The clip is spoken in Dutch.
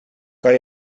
kan